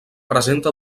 presenta